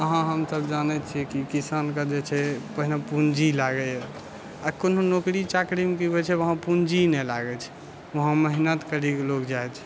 अहाँ हमसब जानैत छियै कि किसानके जे छै पहिने पूँजी लागैया आ कोनो नौकरी चाकरीमे की होइत छै वहाँ पूँजी नहि लागैत छै वहाँ मेहनत करिके लोक जाइत छै